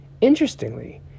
Interestingly